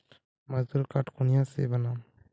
मजदूर कार्ड कुनियाँ से बनाम?